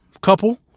couple